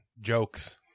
jokes